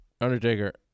Undertaker